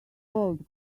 old